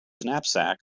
knapsack